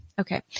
Okay